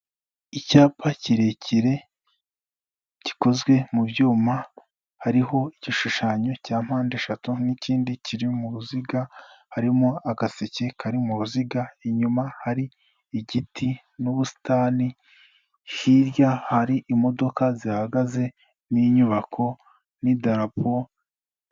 Icyapa kirekire gikozwe mu byuma, hariho igishushanyo cya mpandeshatu n'ikindi kiri mu ruziga harimo agaseke kari mu ruziga, inyuma hari igiti n'ubusitani, hirya hari imodoka zihahagaze n'inyubako n'idarapo.